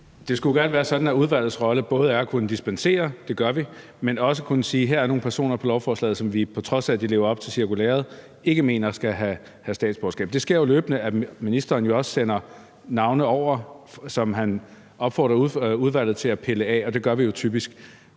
Det skulle jo gerne være sådan, at udvalgets rolle både er at kunne dispensere, og det gør vi, men også at kunne sige: Der er nogle personer på lovforslaget, som vi, på trods af at de lever op til cirkulæret, ikke mener skal have statsborgerskab. Det sker jo løbende, at ministeren også sender navne over, som han opfordrer udvalget til at pille af, og det gør vi jo typisk.